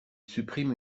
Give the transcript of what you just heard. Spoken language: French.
supprime